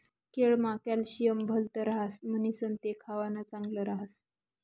केळमा कॅल्शियम भलत ह्रास म्हणीसण ते खावानं चांगल ह्रास